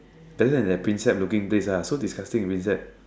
better than the Prinsep looking place lah so disgusting Prinsep